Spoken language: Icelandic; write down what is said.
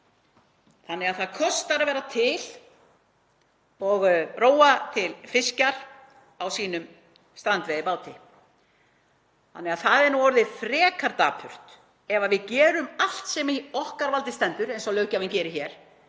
aðra. Það kostar að vera til og róa til fiskjar á sínum strandveiðibát. Það er því orðið frekar dapurt ef við gerum allt sem í okkar valdi stendur, eins og löggjafinn gerir hér,